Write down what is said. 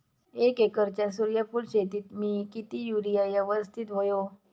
एक एकरच्या सूर्यफुल शेतीत मी किती युरिया यवस्तित व्हयो?